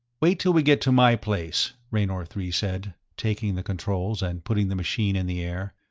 wait till we get to my place, raynor three said, taking the controls and putting the machine in the air.